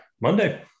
Monday